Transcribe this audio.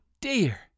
dear